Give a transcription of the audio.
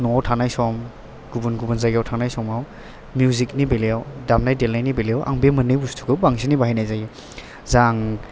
न'आव थानाय सम गुबुन गुबुन जायगायाव थानाय समाव मिउजिकनि बेलायाव दामनाय देनायनि बेलायाव आं बे मोननै बुस्तुखौ बांसिनै बाहायनाय जायो जा आं